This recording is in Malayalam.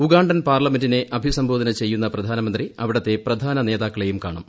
ഉഗാ ൻ പാർലമെന്റിനെ അഭിസംബോധന ചെയ്യുന്ന പ്രധാനമന്ത്രി അവിടത്തെ പ്രധാന നേതാക്കളെയും കാണും